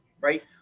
right